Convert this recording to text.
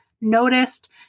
noticed